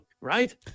right